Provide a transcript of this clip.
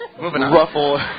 ruffle